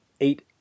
eight